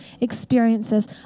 experiences